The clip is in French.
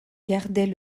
gardait